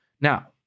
Now